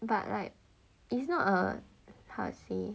but like it's not a how to say